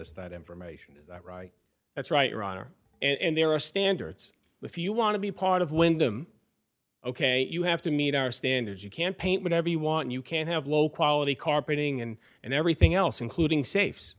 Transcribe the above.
us that information is that right that's right your honor and there are standards if you want to be part of windham ok you have to meet our standards you can't paint whatever you want you can have low quality carpeting and and everything else including safes